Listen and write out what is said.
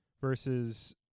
versus